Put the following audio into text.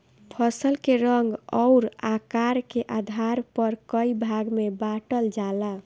फसल के रंग अउर आकार के आधार पर कई भाग में बांटल जाला